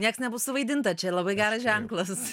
nieks nebus suvaidinta čia labai geras ženklas